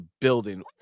building